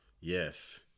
yes